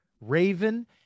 Raven